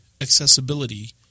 accessibility